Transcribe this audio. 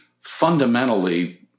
fundamentally